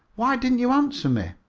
why didn't you answer me?